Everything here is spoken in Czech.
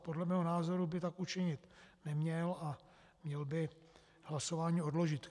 Podle mého názoru by tak učinit neměl a měl by hlasování odložit.